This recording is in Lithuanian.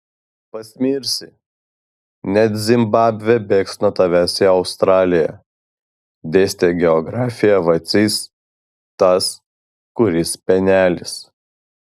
pasmirsi net zimbabvė bėgs nuo tavęs į australiją dėstė geografiją vacys tas kuris penelis